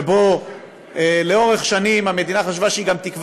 שבו לאורך שנים המדינה חשבה שהיא גם תקבע